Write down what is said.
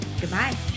Goodbye